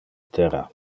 terra